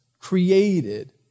created